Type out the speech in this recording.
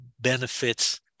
benefits